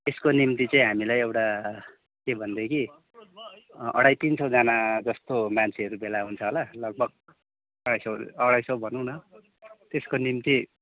त्यसको निम्ति चाहिँ हामीलाई एउटा के भनेदेखि अढाई तिन सौजना जस्तो मान्छेहरू भेला हुन्छ होला लगभग अढाई सौ अढाई सौ भनौँ न त्यसको निम्ति